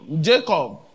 Jacob